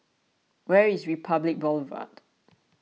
where is Republic Boulevard